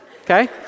okay